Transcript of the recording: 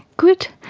good,